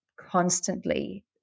constantly